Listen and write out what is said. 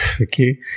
Okay